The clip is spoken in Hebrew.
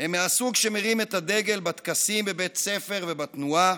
הם מהסוג שמרים את הדגל בטקסים בבית הספר ובתנועה,